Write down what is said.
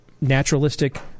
naturalistic